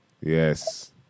Yes